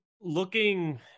looking